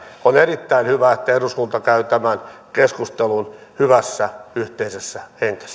on erittäin hyvä että eduskunta käy tämän keskustelun hyvässä yhteisessä hengessä